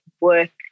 work